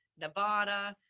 nevada